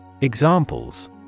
Examples